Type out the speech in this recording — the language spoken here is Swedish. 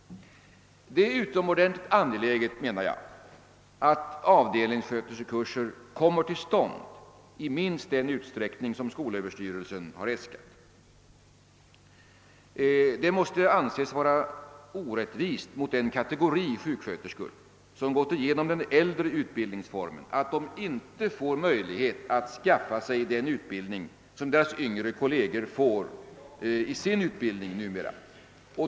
Det är enligt min mening utomordentligt angeläget att avdelningssköterskekurser kommer till stånd i minst den utsträckning som skolöverstyrelsen har äskat. Det måste anses vara orättvist mot den kategori sjuksköterskor som gått igenom den äldre utbildningsformen att de inte får möjlighet att skaffa sig den utbildning som deras yngre kolleger får i sin utbildning numera.